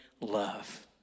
love